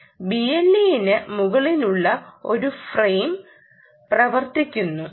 BLE ന് മുകളിലുള്ള ഒരു ഫ്രെയിം ഘടനയാണ് i ബീക്കൺ സാങ്കേതികവിദ്യ ഈ ഫ്രെയിം ഘടന Android ഫോണുകളിലും പ്രവർത്തിക്കുന്നു